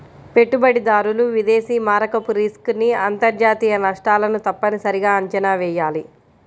పెట్టుబడిదారులు విదేశీ మారకపు రిస్క్ ని అంతర్జాతీయ నష్టాలను తప్పనిసరిగా అంచనా వెయ్యాలి